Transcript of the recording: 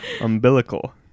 Umbilical